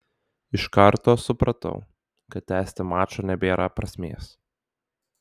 iš karto supratau kad tęsti mačo nebėra prasmės